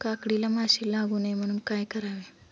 काकडीला माशी लागू नये म्हणून काय करावे?